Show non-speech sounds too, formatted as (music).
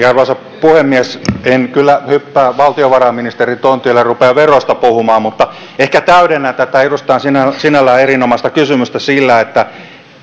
(unintelligible) arvoisa puhemies en kyllä hyppää valtiovarainministerin tontille ja rupea veroista puhumaan mutta ehkä täydennän tätä edustajan sinällään erinomaista kysymystä